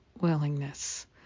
willingness